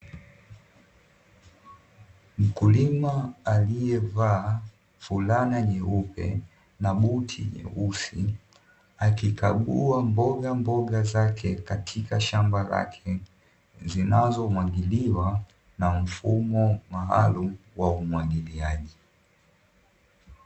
Mkulima aliyevaa fulana nyeupe na buti nyeusi, akikagua mboga mboga zake katika shamba lake, zinazomwagiliwa na mfumo maalumu wa umwagiliaji.